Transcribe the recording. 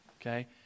Okay